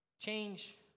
Change